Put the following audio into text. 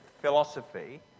philosophy